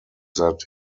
that